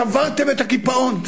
שברתם את הקיפאון,